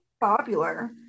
popular